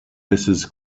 mrs